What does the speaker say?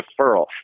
deferral